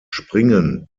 springen